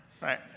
right